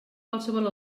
qualsevol